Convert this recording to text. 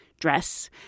dress